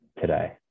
today